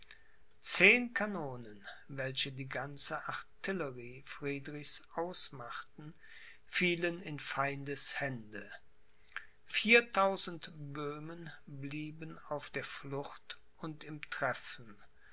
zehn kanonen welche die ganze artillerie friedrichs ausmachten fielen in feindes hände viertausend böhmen blieben auf der flucht und im treffen